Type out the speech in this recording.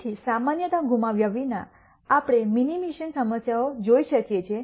તેથી સામાન્યતા ગુમાવ્યા વિના આપણે મિનિમીશન સમસ્યાઓ જોઈ શકીએ છીએ